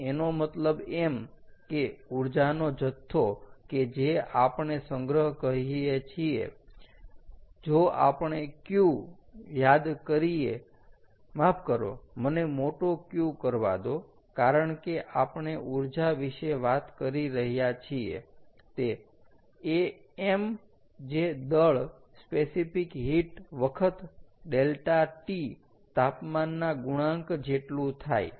તો એનો મતલબ એમ કે ઊર્જા નો જથ્થો કે જે આપણે સંગ્રહ કહીએ છીએ જો આપણે q યાદ કરીયે માફ કરો મને મોટો Q કરવા દો કારણ કે આપણે ઊર્જા વિશે વાત કરી રહ્યા છીએ તે એ m જે દળ સ્પેસિફિક હીટ વખત ∆T તાપમાનના ગુણાંક જેટલુ થાય